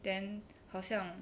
then 好像